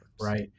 right